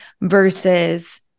versus